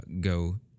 go